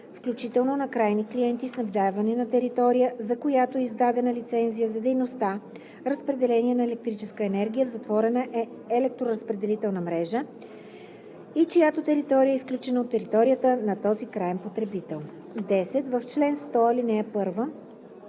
„включително на крайни клиенти, снабдявани на територия, за която е издадена лицензия за дейността разпределение на електрическа енергия в затворена електроразпределителна мрежа и чиято територия е изключена от територията на този краен снабдител“. 10. В чл. 100, ал. 1